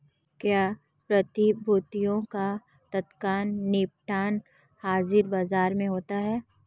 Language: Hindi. क्या प्रतिभूतियों का तत्काल निपटान हाज़िर बाजार में होता है?